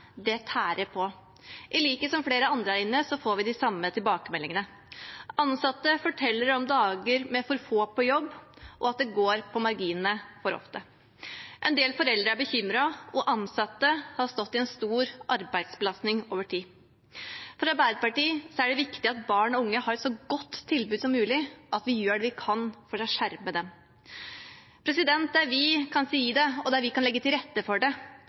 tærer på. I likhet med flere andre her inne får vi de samme tilbakemeldingene: Ansatte forteller om dager med for få på jobb, og at det går på marginene for ofte. En del foreldre er bekymret, og ansatte har stått i en stor arbeidsbelastning over tid. For Arbeiderpartiet er det viktig at barn og unge har et så godt tilbud som mulig, og at vi gjør det vi kan for å skjerme dem. Der vi kan si det og legge til rette for det, er det de ansatte ute i skolene og barnehagene som gjør det